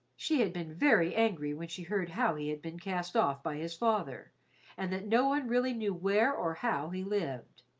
she had been very angry when she heard how he had been cast off by his father and that no one really knew where or how he lived.